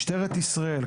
משטרת ישראל,